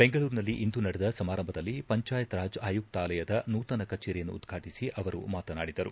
ಬೆಂಗಳೂರಿನಲ್ಲಿಂದು ನಡೆದ ಸಮಾರಂಭದಲ್ಲಿ ಪಂಚಾಯತ್ ರಾಜ್ ಆಯುಕ್ತಾಲಯ ನೂತನ ಕಚೇರಿಯನ್ನು ಉದ್ಘಾಟಿಸಿ ಅವರು ಮಾತನಾಡಿದರು